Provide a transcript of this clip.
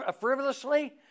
frivolously